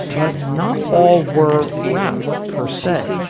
but not all were rap persay.